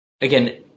Again